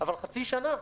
אבל חצי שנה.